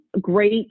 great